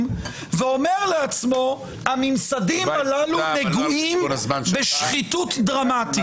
ואומר לעצמו שהממסדים הדתיים נגועים בשחיתות דרמטית.